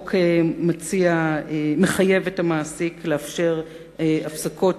החוק מחייב את המעסיק לאפשר הפסקות